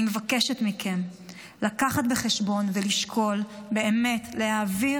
אני מבקשת מכם לקחת בחשבון ולשקול באמת להעביר